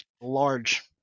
large